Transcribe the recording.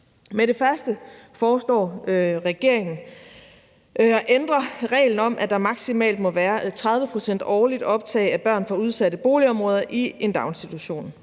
Med den første foreslår regeringen at ændre reglen om, at der maksimalt må være 30 pct. årligt optag af børn fra udsatte boligområder i en daginstitution.